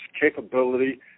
capability